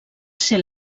ser